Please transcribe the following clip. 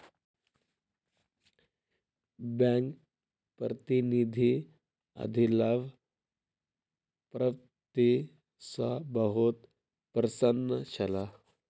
bank प्रतिनिधि अधिलाभ प्राप्ति सॅ बहुत प्रसन्न छला